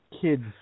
Kids